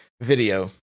video